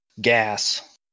gas